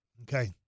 Okay